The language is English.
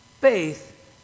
Faith